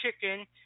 chicken